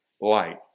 light